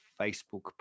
Facebook